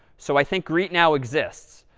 so i think greet now exists.